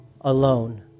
alone